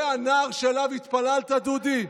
זה הנער שאליו התפללת, דודי?